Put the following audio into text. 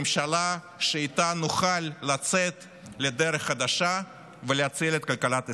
ממשלה שאיתה נוכל לצאת לדרך חדשה ולהציל את כלכלת ישראל,